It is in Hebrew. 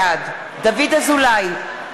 בעד דוד אזולאי,